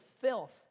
filth